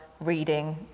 reading